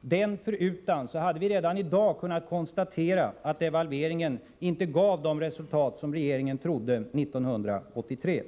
Den förutan hade vi redan i dag kunnat konstatera att devalveringen inte gav de resultat som regeringen trodde 1983.